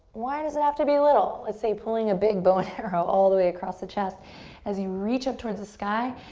why does it have to be little? let's say pulling a big bow and arrow all the way across the chest as you reach up towards the sky.